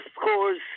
scores